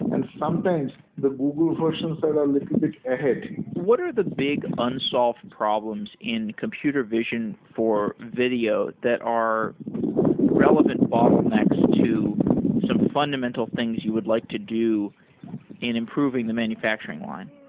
and sometimes the google versions so are little bit ahead what are the big unsolved problems in computer vision for video that are relevant bottlenecks to some fundamental things you would like to do in improving the manufacturing line?